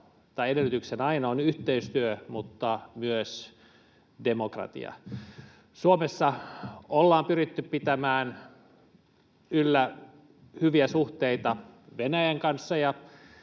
edellytyksenä aina on yhteistyö mutta myös demokratia. Suomessa ollaan pyritty pitämään yllä hyviä suhteita Venäjän kanssa,